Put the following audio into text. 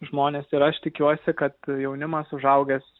žmonės ir aš tikiuosi kad jaunimas užaugęs